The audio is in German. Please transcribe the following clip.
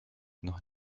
noch